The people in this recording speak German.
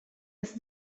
ist